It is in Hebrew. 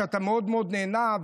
שאתה מאוד מאוד נהנה,